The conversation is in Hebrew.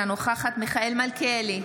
אינה נוכחת מיכאל מלכיאלי,